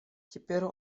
теперь